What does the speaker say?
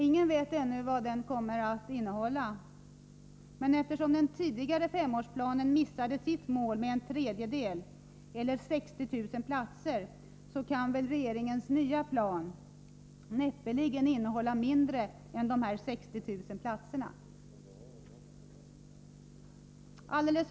Ingen vet ännu vad den kommer att innhålla, men eftersom den tidigare femårsplanen missade sitt mål med en tredjedel eller 60 000 platser kan väl regeringens nya plan näppeligen innehålla färre platser än de 60 000.